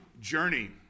journey